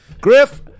Griff